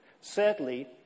Sadly